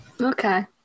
Okay